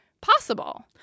possible